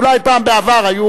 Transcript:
אולי פעם בעבר הוא